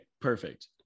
perfect